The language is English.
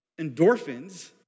endorphins